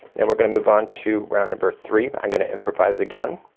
now we're gonna move on to round number three. i'm gonna improvise again.